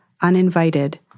uninvited